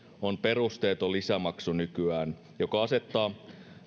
on nykyään perusteeton lisämaksu joka asettaa